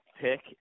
pick